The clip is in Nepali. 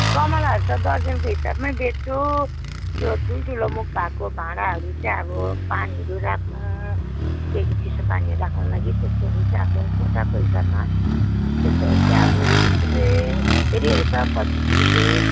गमलाहरू त दर्जनको हिसाबमै बेच्छु त्यो ठुल्ठुलो मुख भएको भाँडाहरू चाहिँ अब पानीहरू राख्नु केही चिसो पानीहरू राख्नु लागि त्यस्तोहरू चाहिँ चाहिँ गोटाको हिसाबमा त्यस्तोहरू चाहिँ अब बिस रुपियाँ हेरी हेरी छ पच्चिस रुपियाँ